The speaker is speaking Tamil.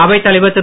அவைத்தலைவர் திரு